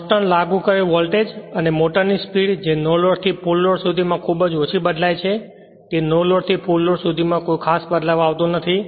constant લાગુ કરેલ voltage અને મોટર સ્પીડ જે નો લોડથી ફુલ લોડ સુધી માં ખૂબ જ ઓછી બદલાય છે તે નો લોડથી ફુલ લોડ સુધી માં કોઈ ખાસ બદલાવ આવતો નથી